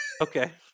Okay